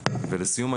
לסיום,